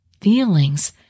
feelings